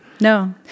No